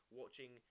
watching